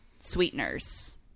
sweeteners